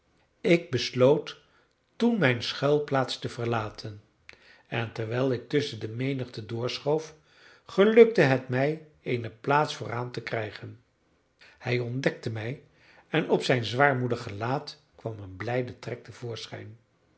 ik besloot toen mijn schuilplaats te verlaten en terwijl ik tusschen de menigte doorschoof gelukte het mij eene plaats vooraan te krijgen hij ontdekte mij en op zijn zwaarmoedig gelaat kwam een blijde trek